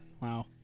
Wow